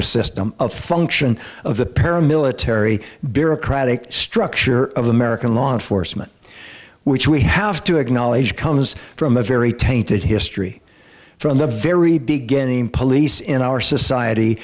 the system of function of a paramilitary barrack radek structure of american law enforcement which we have to acknowledge comes from a very tainted history from the very beginning police in our society